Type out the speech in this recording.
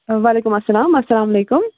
وعلیکُم السلام السلام علیکُم